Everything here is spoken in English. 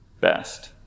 best